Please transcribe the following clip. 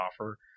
offer